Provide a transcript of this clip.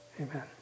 Amen